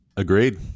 Agreed